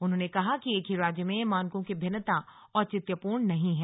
उन्होंने कहा किएक ही राज्य में मानकों की भिन्नता औचित्यपूर्ण नहीं है